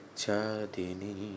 chadini